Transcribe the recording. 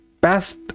best